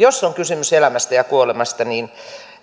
jos on kysymys elämästä ja kuolemasta niin